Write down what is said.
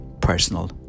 personal